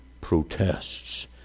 protests